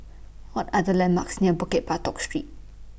What Are The landmarks near Bukit Batok Street